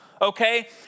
okay